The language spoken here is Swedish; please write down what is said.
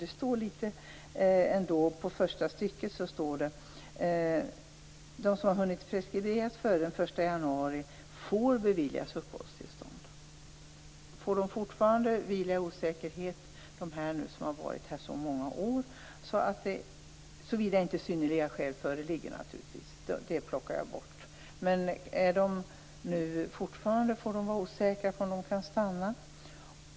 Det står ju ändå i första stycket att de vilkas beslut har hunnits preskriberas före den 1 januari får beviljas uppehållstillstånd. Får de fortfarande sväva i osäkerhet, de som har varit här i så många år? Då menar jag naturligtvis såvida det inte föreligger synnerliga skäl. Det plockar jag bort. Men får de fortfarande vara osäkra på om de kan stanna?